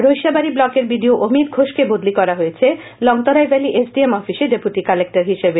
রইস্যাবাডি ব্লকের বিডিও অমিত ঘোষ কে বদলি করা হয়েছে লংতরাইভ্যালী এসডিএম অফিসে ডেপুটি কালেক্টর হিসেবে